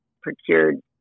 procured